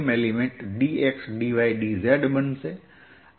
તો કદ ઘટક dx dy dz બનશે